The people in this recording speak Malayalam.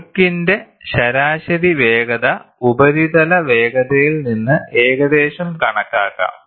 ഒഴുക്കിന്റെ ശരാശരി വേഗത ഉപരിതല വേഗതയിൽ നിന്ന് ഏകദേശം കണക്കാക്കാം